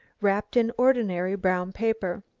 wrapped in ordinary brown paper.